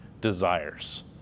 desires